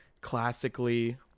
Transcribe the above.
classically